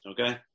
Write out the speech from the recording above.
Okay